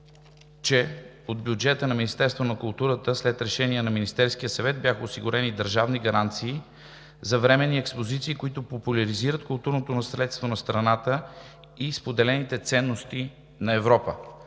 че от бюджета на Министерство на културата след решение на Министерския съвет бяха осигурени държавни гаранции за временни експозиции, които популяризират културното наследство на страната и споделените ценности на Европа.